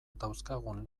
dauzkagun